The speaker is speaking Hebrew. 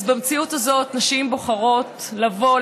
אז במציאות הזאת נשים בוחרות לבוא,